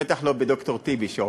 בטח לא בד"ר טיבי שעובר,